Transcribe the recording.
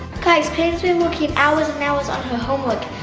guys, payton's been working hours and hours on her homework.